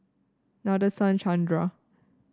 Nadasen Chandra